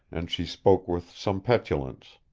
and she spoke with some petulance.